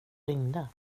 ringde